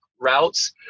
routes